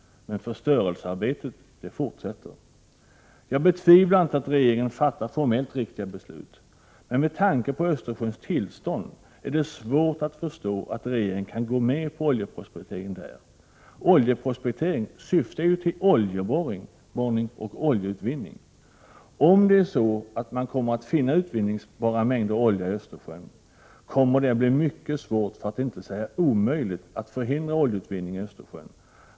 Men förstörelsearbetet fortsätter. Jag betvivlar inte att regeringen fattar formellt riktiga beslut. Men med tanke på Östersjöns tillstånd är det svårt att förstå att regeringen kan gå med på oljeprospektering där. Oljeprospektering syftar till oljeborrning och oljeutvinning. Om man kommer att finna utvinningsbara mängder olja i Östersjön, kommer det att bli mycket svårt, för att inte säga omöjligt, att förhindra oljeutvinning i Östersjön.